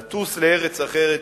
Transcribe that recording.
לטוס לארץ אחרת,